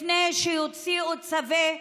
לפני שיוציאו צווי